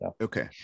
Okay